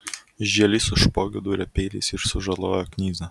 žielys su špogiu dūrė peiliais ir sužalojo knyzą